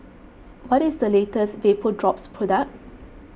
what is the latest Vapodrops product